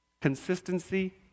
consistency